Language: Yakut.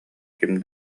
ким